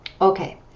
Okay